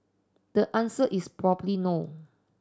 the answer is probably no